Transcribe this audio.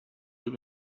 live